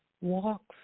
walks